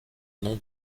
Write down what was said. nom